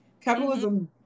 Capitalism